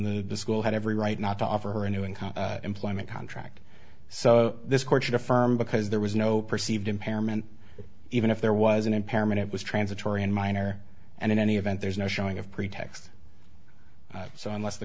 in the school had every right not to offer her a new income employment contract so this course should affirm because there was no perceived impairment even if there was an impairment it was transitory and minor and in any event there's no showing of pretext so unless the